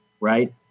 right